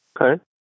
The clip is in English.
Okay